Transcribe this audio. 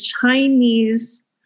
Chinese